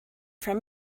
from